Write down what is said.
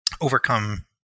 overcome